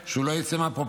שלא יצא מהפרופורציות,